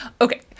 Okay